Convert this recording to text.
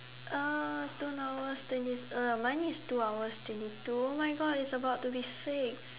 uh two hours uh mine is two hours twenty two oh my god it's about to be six